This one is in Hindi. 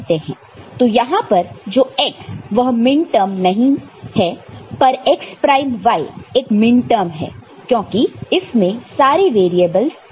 तो यहां पर जो x वह मिनटर्म नहीं है पर x प्राइम y एक मिनटर्म है क्योंकि इसमें सारे वैरियेबल्स है